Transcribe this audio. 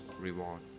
reward